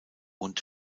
und